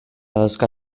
dauzka